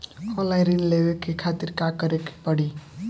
Online ऋण लेवे के खातिर का करे के पड़ी?